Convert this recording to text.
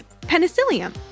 penicillium